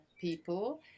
people